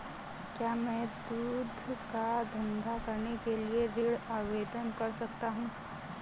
क्या मैं दूध का धंधा करने के लिए ऋण आवेदन कर सकता हूँ?